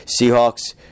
Seahawks